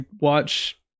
watch